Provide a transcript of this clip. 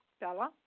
Bella